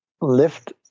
lift